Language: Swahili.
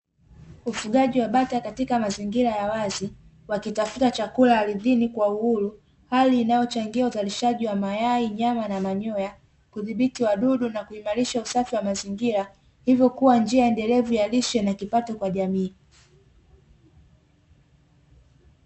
Ufugaji wa bata katika mazingira ya wazi wakitafuta chakula ardhini kwa uhuru, hali inayochangia uzalishaji wa mayai, nyama na manyoya, kudhibiti wadudu na kuimarisha usafi wa mazingira, hivyo kua njia endelevu ya lishe na kipato kwa jamii.